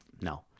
no